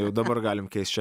jau dabar galim keist čia